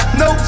no